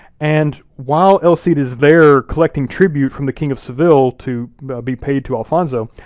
and while el cid is there collecting tribute from the king of seville to be paid to alfonso,